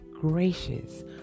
gracious